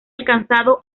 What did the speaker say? alcanzado